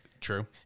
true